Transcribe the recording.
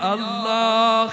Allah